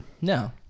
No